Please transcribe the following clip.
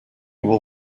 will